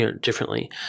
differently